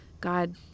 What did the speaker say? God